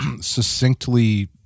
succinctly